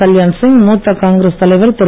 கல்யாண்சிங் மூத்த காங்கிரஸ் தலைவர் திரு